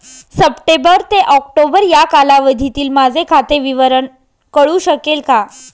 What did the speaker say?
September ते October या कालावधीतील माझे खाते विवरण कळू शकेल का?